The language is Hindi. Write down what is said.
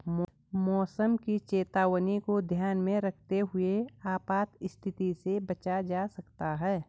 मौसम की चेतावनी को ध्यान में रखते हुए आपात स्थिति से बचा जा सकता है